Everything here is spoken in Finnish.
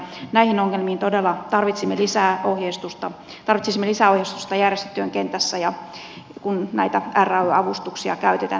näihin ongelmiin todella tarvitsisimme lisää ohjeistusta järjestötyön kentässä kun näitä ray avustuksia käytetään